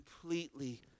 completely